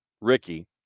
Ricky